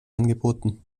angeboten